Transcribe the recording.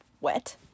wet